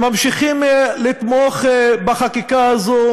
שממשיכים לתמוך בחקיקה הזו,